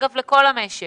לכל המשק